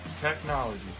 technology